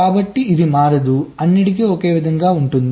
కాబట్టి ఇది మారదు అన్నింటికీ ఉంటుంది